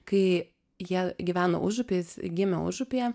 kai jie gyveno užupy is gimė užupyje